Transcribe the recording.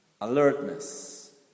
Alertness